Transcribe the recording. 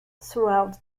throughout